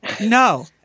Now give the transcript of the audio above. no